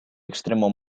extremo